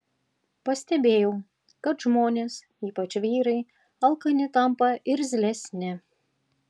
pastebėjau kad žmonės ypač vyrai alkani tampa irzlesni